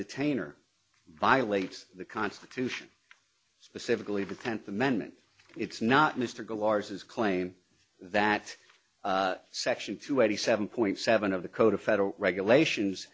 detainer violates the constitution specifically the tenth amendment it's not mr goh lars's claim that section two eighty seven point seven of the code of federal regulations